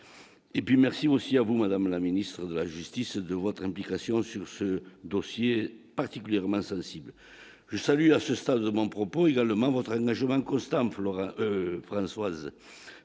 et puis merci aussi à vous, madame la ministre de la justice de votre implication sur ce dossier particulièrement sensible, je salue à ce stade de mon propos également votre joint Costa Amflora Françoise